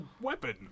weapon